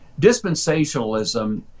Dispensationalism